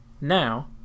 Now